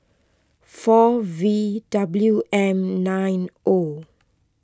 four V W M nine O